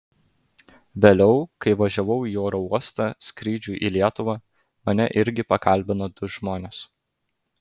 vėliau kai važiavau į oro uostą skrydžiui į lietuvą mane irgi pakalbino du žmonės